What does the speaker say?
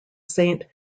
saint